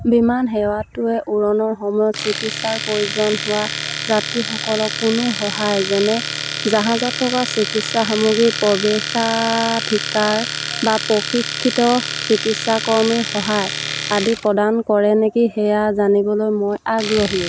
বিমানসেৱাটোৱে উৰণৰ সময়ত চিকিৎসাৰ প্ৰয়োজন হোৱা যাত্ৰীসকলক কোনো সহায় যেনে জাহাজত থকা চিকিৎসা সামগ্ৰীৰ প্ৰৱেশাধিকাৰ বা প্ৰশিক্ষিত চিকিৎসা কৰ্মীৰ সহায় আদি প্ৰদান কৰে নেকি সেয়া জানিবলৈ মই আগ্ৰহী